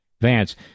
Vance